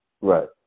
Right